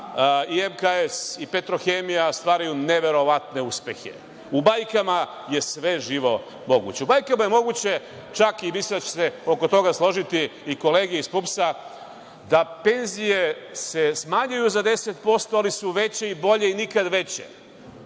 i MKS i Petrohemija stvaraju neverovatne uspehe. U bajkama je sve živo moguće. U bajkama je moguće, čak i vi ćete se oko toga složiti, i kolege iz PUPS da penzije se smanjuju za 10%, ali su veće i bolje i nikad veće.